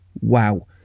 wow